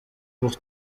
pour